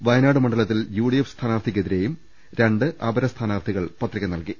വയനാട് മണ്ഡലത്തിൽ യുഡിഎഫ് സ്ഥാനാർത്ഥിക്കെതിരേയും അണ്ട് അപര സ്ഥാനാർത്ഥികൾ പത്രിക നൽകി